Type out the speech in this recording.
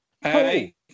Hey